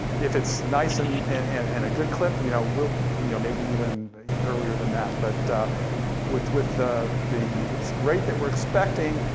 if it's nice and and a good clip, you know we'll, you know maybe even earlier than that, but with with the the rate that we're expecting,